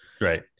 Right